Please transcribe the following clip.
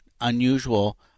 unusual